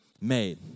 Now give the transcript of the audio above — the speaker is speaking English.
made